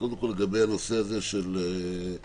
קודם כול לגבי הנושא של המאכרים.